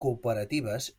cooperatives